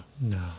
No